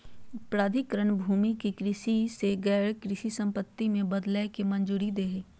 प्राधिकरण भूमि के कृषि से गैर कृषि संपत्ति में बदलय के मंजूरी दे हइ